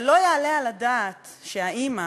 ולא יעלה על הדעת שהאימא,